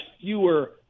fewer